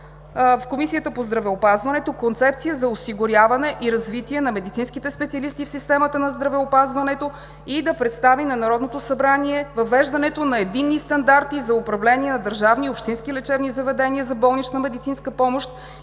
в Комисията по здравеопазване концепция за осигуряване и развитие на медицинските специалисти в системата на здравеопазването, и да представи на Народното събрание въвеждането на единни стандарти за управление на държавни и общински лечебни заведения за болнична медицинска помощ,